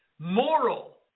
moral